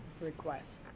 requests